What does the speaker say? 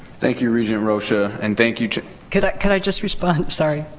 thank you, regent rosha. and thank you. can can i just respond? sorry.